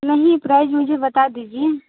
नहीं प्राइज मुझे बता दीजिए